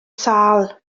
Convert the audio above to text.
sâl